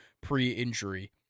pre-injury